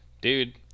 Dude